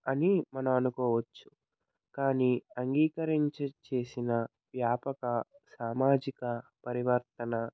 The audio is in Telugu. అని మనం అనుకోవచ్చు కానీ అంగీకరించి చేసిన వ్యాపక సామాజిక పరివర్తన